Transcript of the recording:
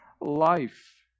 life